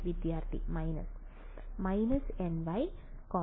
വിദ്യാർത്ഥി minus − nynx0